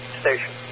station